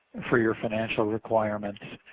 for your financial requirements.